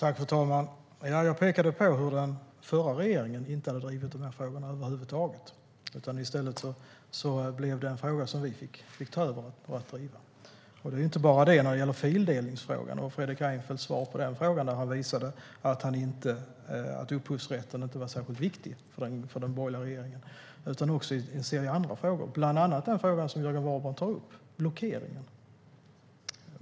Fru talman! Jag pekade på att den förra regeringen inte hade drivit de här frågorna över huvud taget. I stället fick vi ta över och driva dem. När det gäller fildelningsfrågan visade Fredrik Reinfeldts svar att upphovsrätten inte var särskilt viktig för den borgerliga regeringen. Det gäller en serie frågor, bland annat den som Jörgen Warborn tar upp, den om blockeringen.